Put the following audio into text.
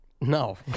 No